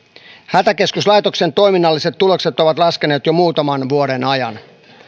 hätäkeskuslaitoksen toiminnalliset tulokset ovat laskeneet jo muutaman vuoden ajan